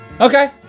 Okay